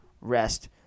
rest